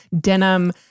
denim